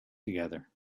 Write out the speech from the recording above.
together